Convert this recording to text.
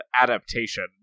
adaptation